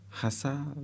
Hasa